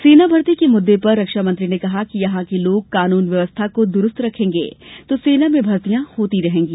सेनाभर्ती के मुद्दे पर रक्षामंत्री ने कहा कि यहां के लोगा कानून व्यवस्था को दुरूस्त रखेंगे तो सेना में भर्तिया होती रहेंगी